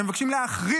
ואתם מבקשים להחריב